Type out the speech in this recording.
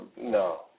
no